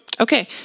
Okay